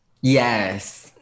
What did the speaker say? Yes